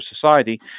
society